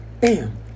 bam